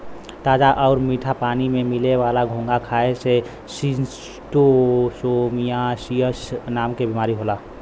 ताजा आउर मीठा पानी में मिले वाला घोंघा खाए से शिस्टोसोमियासिस नाम के बीमारी होला